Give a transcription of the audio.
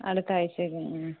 അടുത്ത ആഴ്ചയല്ലേ